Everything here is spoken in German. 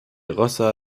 rossa